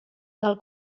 del